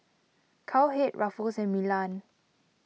Cowhead Ruffles and Milan